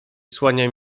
słania